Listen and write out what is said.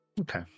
Okay